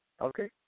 okay